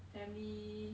family